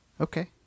Okay